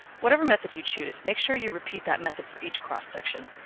whatever method you choose, make sure you repeat that method for each cross section.